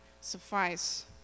suffice